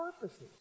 purposes